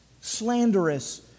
Slanderous